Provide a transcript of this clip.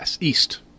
east